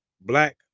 black